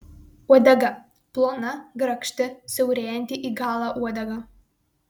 uodega plona grakšti siaurėjanti į galą uodega